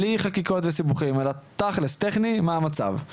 בלי חקיקות וסיבוכים, אלא תאכלס וטכני מה המצב.